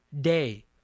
day